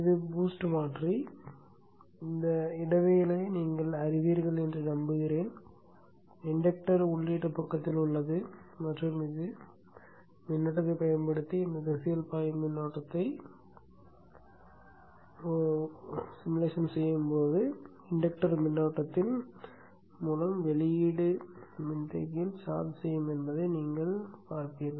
இது BOOST மாற்றி இந்த இடவியலை நீங்கள் அறிவீர்கள் என்று நம்புகிறேன் இன்டக்டர் உள்ளீட்டு பக்கத்தில் உள்ளது மற்றும் இது மின்னோட்டத்தைப் பயன்படுத்தி இந்த திசையில் பாயும் மின்னோட்டத்தைப் பயன்படுத்தி உருவாக்கப்படும்போது இன்டக்டர் மின்னோட்டத்தின் மூலம் வெளியீடு மின்தேக்கியில் சார்ஜ் செய்யும் என்பதை நீங்கள் பார்ப்பீர்கள்